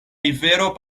rivero